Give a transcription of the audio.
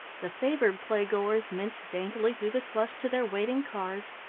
the favoured playgoers minced daintily through the slush to their waiting cars,